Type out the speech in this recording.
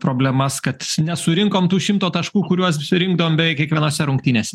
problemas kad nesurinkom tų šimto taškų kuriuos rinkdavom beveik kiekvienose rungtynėse